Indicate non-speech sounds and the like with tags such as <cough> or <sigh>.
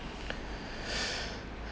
<breath>